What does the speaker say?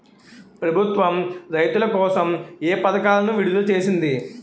ప్రభుత్వం రైతుల కోసం ఏ పథకాలను విడుదల చేసింది?